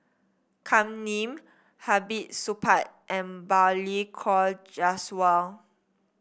Kam Ning Hamid Supaat and Balli Kaur Jaswal